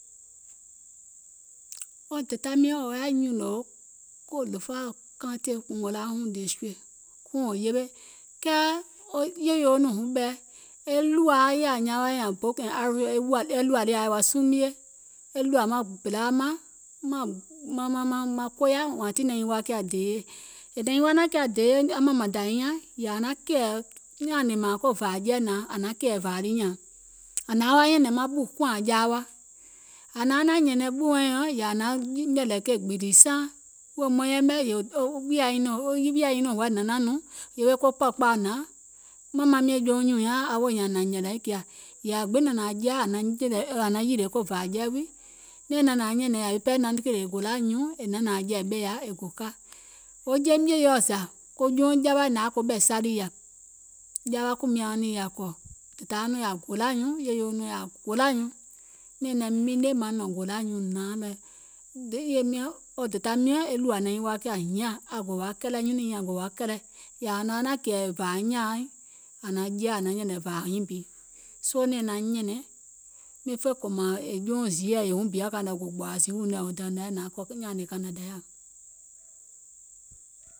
Wo dèda miɔ̀ŋ wò yaȧ nyùnòò ko lofa county, ngolahuŋ district, kuŋ wò yewe, kɛɛ wo yèyeuŋ nɔŋ wuŋ ɓɛɛ e ɗùȧa e yèɛ ȧŋ nyaaŋ wa boò ana arow, e ɗùȧ lii ȧŋ yaȧ wa sumie, e ɗùȧ maŋ bèlaa mȧŋ, maŋ koya wȧȧŋ tiŋ naŋ nyiŋ wa kiȧ deeyè, è naiŋ wa naȧŋ kiȧ deeyè aŋ mȧmaŋ da nyiŋ nyȧŋ aŋ kɛ̀ɛ̀ tèènè mȧȧŋ ko vȧȧjɛi nyȧȧŋ ȧŋ naŋ kɛ̀ɛ̀ vȧa lii nyȧȧŋ, aŋ naaŋ wa nyɛ̀nɛ̀ŋ maŋ ɓù kuŋ ȧŋ jaa wa, ȧŋ naŋ naȧŋ nyɛ̀nɛŋ ɓù wɛɛ̀ nyɔŋ yèè aŋ naŋ nyɛ̀lɛ̀ ke gbììlì saaŋ, nɛ̀ɛŋ naŋ nȧaŋ nyɛ̀nɛ̀ŋ è naŋ nȧaŋ jɛ̀ì ɓɛ̀ yaȧ è naŋ kìlè golȧ nyuuŋ e gò ka, wo jeim yèyeɔ̀ zȧ ko jouŋ jawaì nȧŋ yaȧ koɓè salì yaȧ, jawa kùmiȧuŋ niìŋ yaȧ kɔ̀, dèdauŋ nɔɔ̀ŋ yaȧ golȧ nyuuŋ yèyeuŋ nɔɔ̀ŋ yaȧ golà nyuuŋ, nɛ̀ɛŋ naim miinè naŋ nɔ̀ŋ golȧ nyuuŋ nȧaŋ lɛ̀, wo yèye miɔ̀ŋ wo dèda miɔ̀ŋ e ɗùȧ naŋ nyiŋ wa kià hiɛ̀ŋ aŋ gò wa kɛlɛ̀ nyunùŋ nyiŋ nyȧŋ gò wa kɛlɛ̀ yèè ȧŋ naŋ wa kɛ̀ɛ̀ vȧa nyȧȧŋ ȧŋ naŋ jɛi ȧn naŋ nyɛ̀nɛ̀ŋ vȧȧ nyiŋ bi, soo nɛ̀ɛŋ naŋ nyɛ̀nɛ̀ŋ miŋ fè kòmȧŋ è jouŋ ziìɛ yèè wuŋ bi kàìŋ nɛ gò gbòȧ è ziìuŋ nɛ̀ until wò naŋ yɛi nȧaŋ kɔ̀ e nyȧȧnè kȧnȧ dayȧa.